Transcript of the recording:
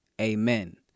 Amen